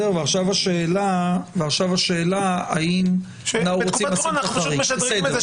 ועכשיו השאלה האם אנחנו רוצים לשים את החריג.